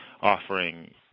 offering